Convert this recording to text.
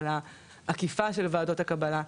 של העקיפה של ועדות הקבלה.